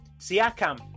Siakam